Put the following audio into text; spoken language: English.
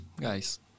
guys